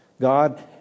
God